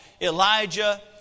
Elijah